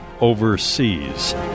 overseas